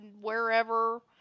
wherever